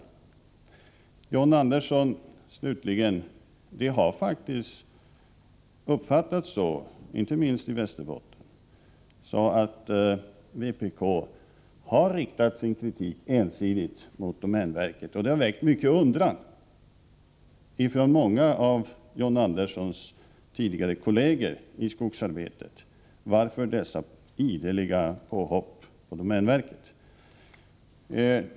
Slutligen vill jag säga till John Andersson att det faktiskt har uppfattats så — inte minst i Västerbotten — att vpk har riktat sin kritik ensidigt mot domänverket. Det har väckt mycket undran hos många av John Anderssons tidigare kolleger i skogsarbetet. Varför dessa ideliga påhopp på domänverket?